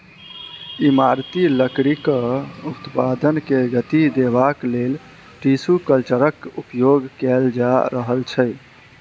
इमारती लकड़ीक उत्पादन के गति देबाक लेल टिसू कल्चरक उपयोग कएल जा रहल छै